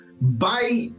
Bye